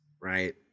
right